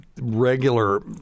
regular